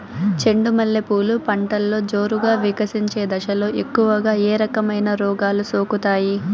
చెండు మల్లె పూలు పంటలో జోరుగా వికసించే దశలో ఎక్కువగా ఏ రకమైన రోగాలు సోకుతాయి?